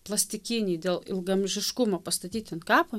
plastikiniai dėl ilgaamžiškumo pastatyti ant kapo